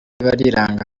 bariranga